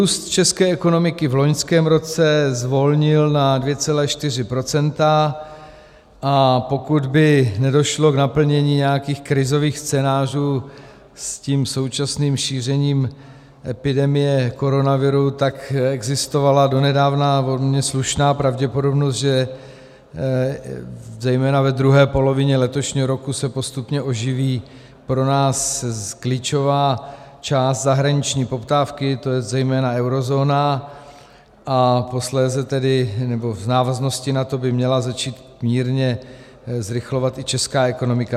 Růst české ekonomiky v loňském roce zvolnil na 2,4 %, a pokud by nedošlo k naplnění nějakých krizových scénářů s tím současným šířením epidemie koronaviru, tak existovala donedávna velmi slušná pravděpodobnost, že zejména ve druhé polovině letošního roku se postupně oživí pro nás klíčová část zahraniční poptávky, to je zejména eurozóna, a posléze tedy, nebo v návaznosti na to by měla začít mírně zrychlovat i česká ekonomika.